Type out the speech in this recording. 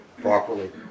properly